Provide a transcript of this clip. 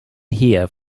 here